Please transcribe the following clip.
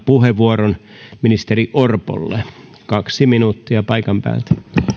puheenvuoron vielä ministeri orpolle kaksi minuuttia paikan päältä